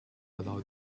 allow